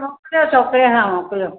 तव्हां मोकिलियो छोकिरे सां मोकिलियो